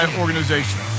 organization